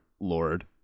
Lord